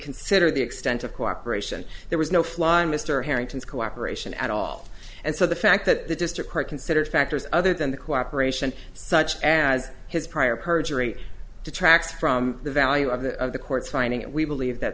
consider the extent of cooperation there was no fly on mr harrington's cooperation at all and so the fact that the district court considers factors other than the cooperation such as his prior perjury detracts from the value of the the court's finding it we believe that